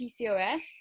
PCOS